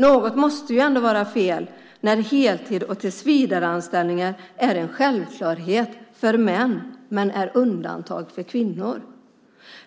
Något måste vara fel när heltid och tillsvidareanställning är en självklarhet för män men undantag för kvinnor.